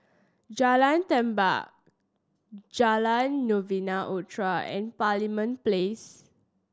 Jalan Tampang Jalan Novena Utara and Parliament Place